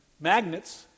magnets